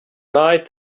night